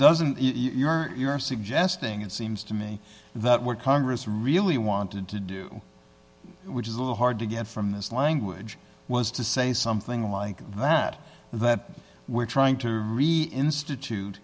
doesn't you're suggesting it seems to me that we're congress really wanted to do which is a little hard to get from this language was to say something like that that we're trying to reinstitute